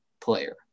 player